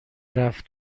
رفت